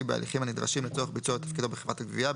בהליכים הנדרשים לצורך ביצוע תפקידו בחברת הגבייה,